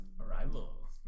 Arrival